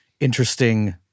interesting